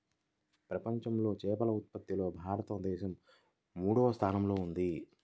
ప్రపంచంలో చేపల ఉత్పత్తిలో భారతదేశం మూడవ స్థానంలో ఉంది